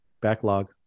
backlog